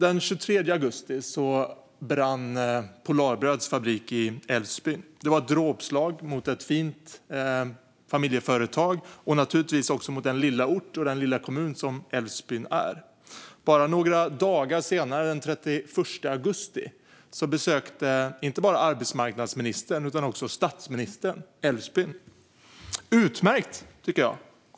Den 23 augusti brann Polarbröds fabrik i Älvsbyn. Det var ett dråpslag mot ett fint familjeföretag och givetvis också mot den lilla orten och kommunen Älvsbyn. Bara några dagar senare, den 31 augusti, besökte inte bara arbetsmarknadsministern utan också statsministern Älvsbyn. Det var utmärkt.